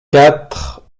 quatre